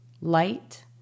light